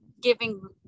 giving